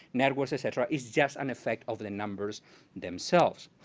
networks et cetera. it's just an effect of the numbers themselves.